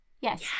Yes